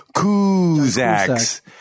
Kuzak's